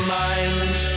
mind